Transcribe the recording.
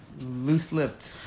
loose-lipped